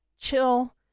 chill